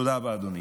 תודה רבה, אדוני.